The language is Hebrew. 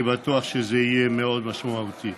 אני בטוח שזה יהיה מאוד משמעותי.